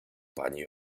pani